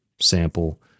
sample